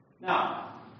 Now